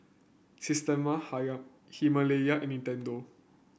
Systema Himalaya and Nintendo